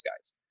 guys